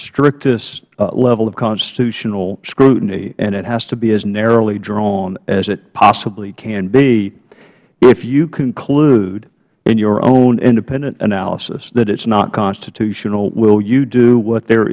strictest level of constitutional scrutiny and it has to be as narrowly drawn as it possibly can be if you conclude in your own independent analysis that it is not constitutional will you do what there